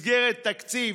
מסגרת תקציב,